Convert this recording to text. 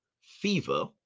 fever